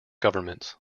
governments